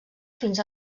fins